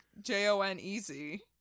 J-O-N-E-Z